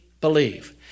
believe